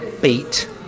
beat